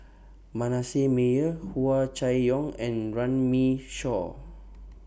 Manasseh Meyer Hua Chai Yong and Runme Shaw